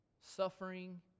suffering